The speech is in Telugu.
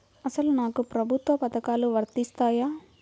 అసలు నాకు ప్రభుత్వ పథకాలు వర్తిస్తాయా?